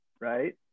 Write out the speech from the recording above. right